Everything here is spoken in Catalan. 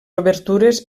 obertures